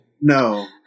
No